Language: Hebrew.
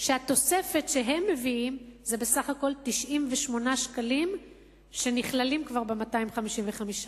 שהתוספת שהם מביאים זה בסך הכול 98 שקלים שנכללים כבר ב-255.